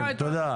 -- בדרג